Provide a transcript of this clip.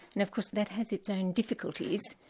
and of course that has its own difficulties.